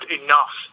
enough